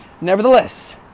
Nevertheless